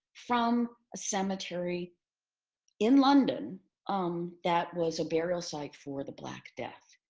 from a cemetery in london um that was a burial site for the black death.